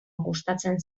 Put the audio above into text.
gustatzen